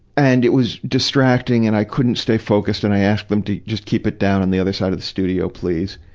and it was distracting and couldn't stay focused, and i asked them to just keep it down on the other side of the studio, please.